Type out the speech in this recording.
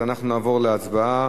אז אנחנו נעבור להצבעה,